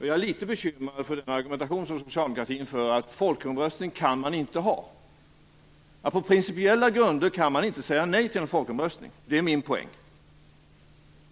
Jag är litet bekymrad över den argumentation som socialdemokratin för om att man inte kan ha folkomröstning. På principiella grunder kan man inte säga nej till en folkomröstning. Det är min poäng.